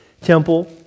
temple